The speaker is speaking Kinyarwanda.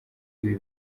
ibi